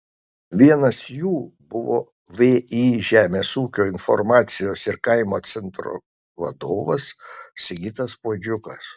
vienas jų buvo vį žemės ūkio informacijos ir kaimo centro vadovas sigitas puodžiukas